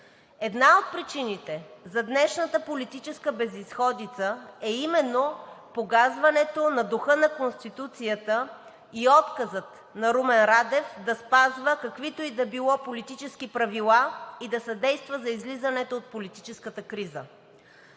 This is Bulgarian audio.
Една от причините за днешната политическа безизходица е именно погазването на духа на Конституцията и отказът на Румен Радев да спазва каквито и да били политически правила и да съдейства за излизането от политическата криза.